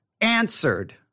answered